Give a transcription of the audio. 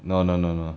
no no no no